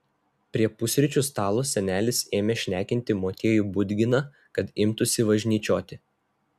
prie pusryčių stalo senelis ėmė šnekinti motiejų budginą kad imtųsi važnyčioti